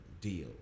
deal